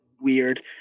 weird